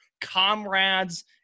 comrades